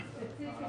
ספציפית,